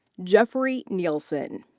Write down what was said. jeffrey nielsen.